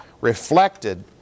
reflected